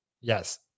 Yes